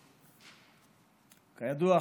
כידוע,